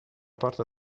porta